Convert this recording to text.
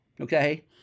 Okay